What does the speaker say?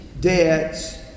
debts